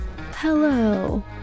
Hello